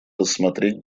рассмотреть